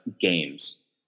games